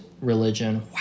religion